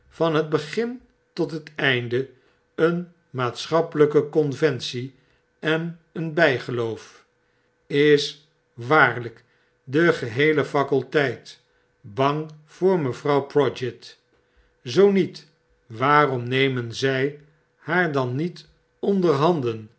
van het berin tot het einde een maatschappelyke conventie en eenajiloof is waarlp de geheele faculteit banm r mevrouw prodgit zoo niet waarom nemen zij haar dan niet